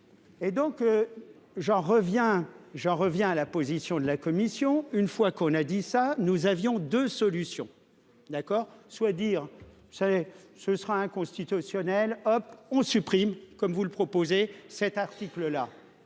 reviens j'en reviens à la position de la commission, une fois qu'on a dit ça. Nous avions 2 solutions d'accord soit dire c'est ce sera inconstitutionnelle hop on supprime comme vous le proposez cet article là